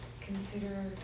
consider